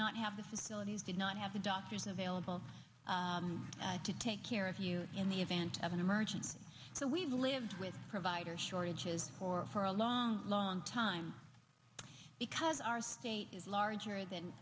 not have the facilities did not have a doctors available to take care of you in the event of an emergency so we've lived with provider shortages for for a long long time because our state is larger than